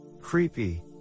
Creepy